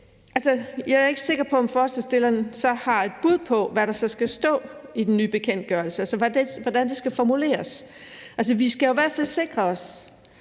Jeg er ikke sikker på, at forslagsstillerne har et bud på, hvad der så skal stå i den nye bekendtgørelse, altså hvordan det skal formuleres. Vi skal jo i hvert fald sikre os,